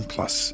Plus